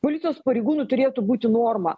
policijos pareigūnų turėtų būti norma